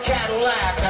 Cadillac